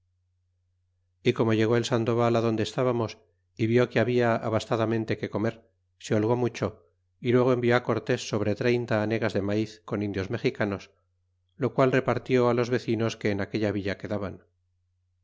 y como llegó el sandoval adonde estábamos y vió que habla abastadamente que comer se holgó mucho y luego envió cortés sobre treinta hanegas de maíz con indios mexicanos lo qual repartió los vecinos que en aquella villa quedaban